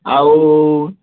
ଆଉ